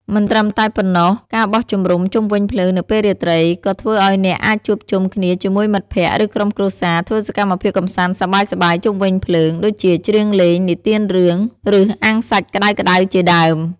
មិនត្រឹមតែប៉ុណ្ណោះ ការបោះជំរំជុំវិញភ្លើងនៅពេលរាត្រី ក៏ធ្វើឲ្យអ្នកអាចជួបជុំគ្នាជាមួយមិត្តភក្តិ ឬក្រុមគ្រួសារធ្វើសកម្មភាពកម្សាន្តសប្បាយៗជុំវិញភ្លើង ដូចជាច្រៀងលេង និទានរឿង ឬអាំងសាច់ក្តៅៗជាដើម។